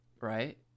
Right